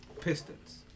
Pistons